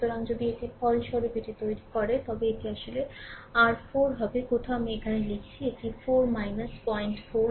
সুতরাং যদি এটির ফলস্বরূপ এটি তৈরি করে তবে এটি আসলে r 4 হবে কোথাও আমি এখানে লিখছি এটি 4 04 ix